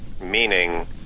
meaning